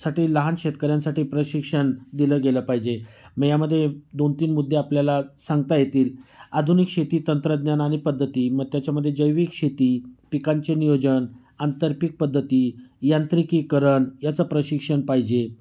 साठी लहान शेतकऱ्यांसाठी प्रशिक्षण दिलं गेलं पाहिजे मग यामध्ये दोन तीन मुद्दे आपल्याला सांगता येतील आधुनिक शेतीतंत्रज्ञान आणि पद्धती मग त्याच्यामध्ये जैविकशेती पिकांचे नियोजन आंतर्पिक पद्धती यंत्रिकीकरण याचं प्रशिक्षण पाहिजे